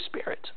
Spirit